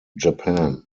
japan